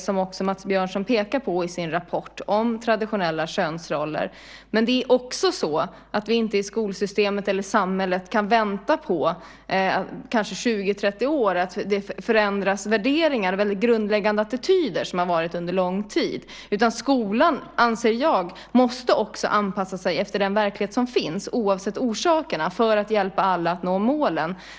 Som Mats Björnsson pekar på i sin rapport handlar det om traditionella könsroller, men samtidigt handlar det om att skolsystemet och samhället inte kan vänta kanske 20 eller 30 år på att grundläggande attityder och värderingar som har funnits under lång tid förändras. Jag anser att skolan måste anpassa sig efter den verklighet som finns, oavsett orsakerna, för att hjälpa alla att nå målen.